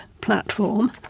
Platform